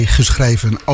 geschreven